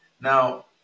Now